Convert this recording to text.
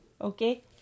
Okay